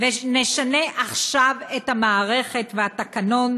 ונשנה עכשיו את המערכת והתקנון,